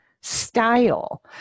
Style